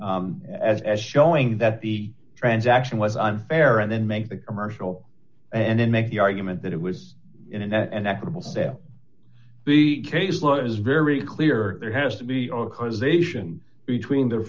being as showing that the transaction was unfair and then make the commercial and then make the argument that it was in an equitable step the case law is very clear there has to be causation between the